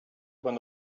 when